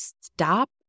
stop